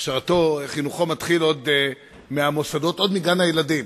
חינוכו מתחיל עוד בגן-הילדים.